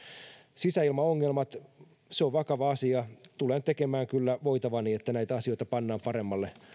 sisäilmaongelmat on vakava asia tulen tekemään kyllä voitavani että näitä asioita pannaan paremmalle